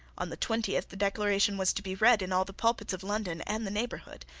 on the twentieth the declaration was to be read in all the pulpits of london and the neighbourhood.